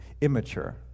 Immature